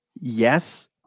yes